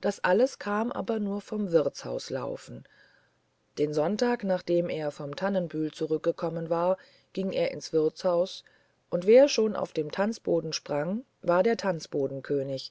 das alles kam aber nur vom wirtshauslaufen den sonntag nachdem er vom tannenbühl zurückgekommen war ging er ins wirtshaus und wer schon auf dem tanzboden sprang war der tanzbodenkönig